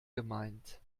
gemeint